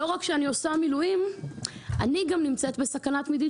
לא רק שאני עושה מילואים אלא אני גם נמצאת בסכנה תמידי